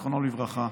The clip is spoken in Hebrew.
זיכרונו לברכה.